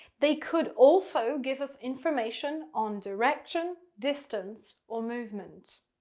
they could also give us information on direction, distance, or movement.